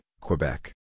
Quebec